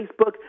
Facebook